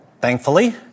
Thankfully